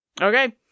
Okay